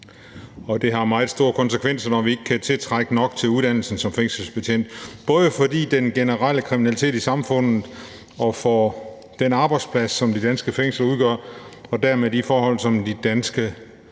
Det har meget store konsekvenser, når vi ikke kan tiltrække nok mennesker til uddannelsen som fængselsbetjent, både for den generelle kriminalitet i samfundet og for den arbejdsplads, som de danske fængsler udgør, og dermed de forhold, som de ansatte